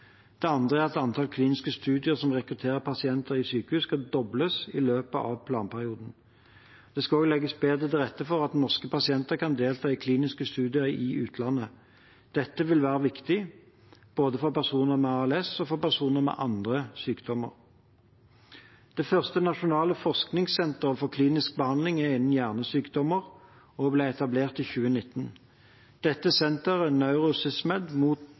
Det andre er at antall kliniske studier som rekrutterer pasienter i sykehus, skal dobles i løpet av planperioden. Det skal også legges bedre til rette for at norske pasienter kan delta i kliniske studier i utlandet. Dette vil være viktig, både for personer med ALS og for personer med andre sykdommer. Det første nasjonale forskningssenteret for klinisk behandling er innen hjernesykdommer og ble etablert i 2019. Dette senteret,